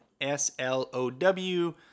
S-L-O-W